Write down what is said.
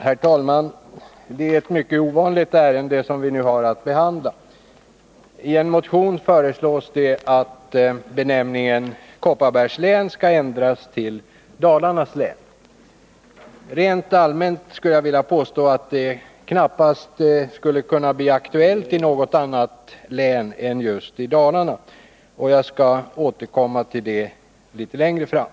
Herr talman! Det är ett mycket ovanligt ärende som vi nu har att behandla. I en motion föreslås att benämningen Kopparbergs län skall ändras till Dalarnas län. Rent allmänt skulle jag vilja påstå att något sådant knappast skulle kunna bli aktuellt i något annat län än just i Dalarna — jag skall återkomma till det litet längre fram.